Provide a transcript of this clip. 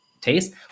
taste